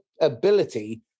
ability